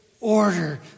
order